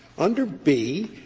under b,